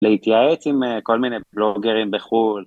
להתייעץ עם כל מיני בלוגרים בחו"ל.